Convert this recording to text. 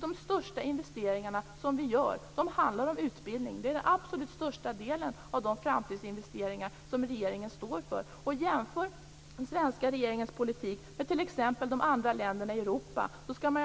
De största investeringarna som vi gör handlar om utbildning. Det utgör den absolut största delen av de framtidsinvesteringar som regeringen står för. Om Marianne Samuelsson jämför den svenska regeringens politik med den som förs t.ex. i de andra länderna i Europa skall